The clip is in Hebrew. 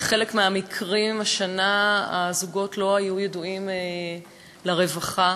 בחלק מהמקרים השנה הזוגות לא היו ידועים לרווחה,